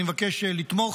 אני מבקש לתמוך